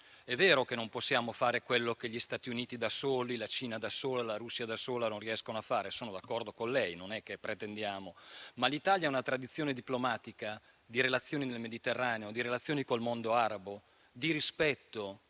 È vero che non possiamo fare quello che gli Stati Uniti da soli, la Cina da sola e la Russia da sola non riescono a fare. Sono d'accordo con lei e non lo pretendiamo. Tuttavia, l'Italia ha una tradizione diplomatica di relazioni nel Mediterraneo e con il mondo arabo, di rispetto